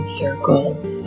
circles